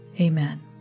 Amen